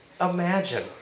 imagine